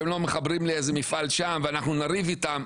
והם לא מחברים לאיזה מפעל שם ואנחנו נריב איתם,